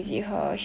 oh ya